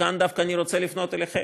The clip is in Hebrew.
וכאן דווקא אני רוצה לפנות אליכם,